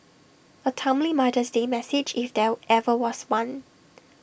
A timely mother's day message if there ever was one